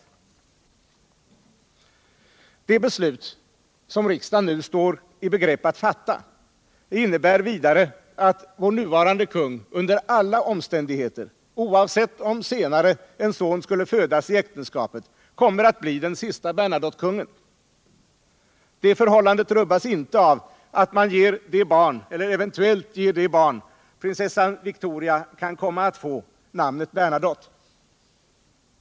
Det beslut som riksdagen nu står i begrepp att fatta innebär vidare att vår nuvarande konung under alla omständigheter, oavsett om en son skulle födas i äktenskapet senare, kommer att bli den siste Bernadottekungen. Det förhållandet rubbas inte av att man eventuellt ger de barn prinsessan Victoria kan komma att få namnet Bernadotte.